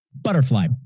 Butterfly